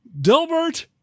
Dilbert